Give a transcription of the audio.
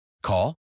Call